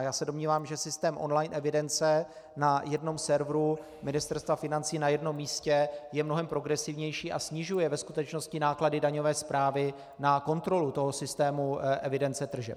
Já se domnívám, že systém online evidence na jednom serveru Ministerstva financí, na jednom místě, je mnohem progresivnější a snižuje ve skutečnosti náklady daňové správy na kontrolu systému evidence tržeb.